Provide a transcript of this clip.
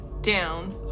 down